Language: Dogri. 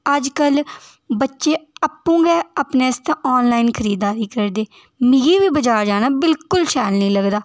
अजकल बच्चे आपूं गै अपने आस्तै आनलाइन खरीददारी करदे मिगी बी बजार जाना बिल्कुल शैल निं लगदा